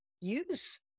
use